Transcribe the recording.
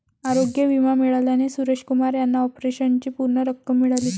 आरोग्य विमा मिळाल्याने सुरेश कुमार यांना ऑपरेशनची पूर्ण रक्कम मिळाली